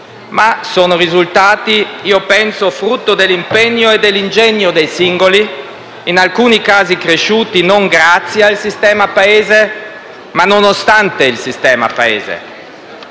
ma sono risultati - io penso - frutto dell'impegno e dell'ingegno dei singoli, in alcuni casi cresciuti non grazie al sistema Paese ma nonostante il sistema Paese.